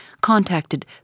contacted